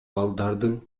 балдардын